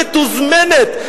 מתוזמנת,